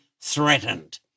threatened